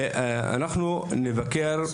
אנחנו נבקר,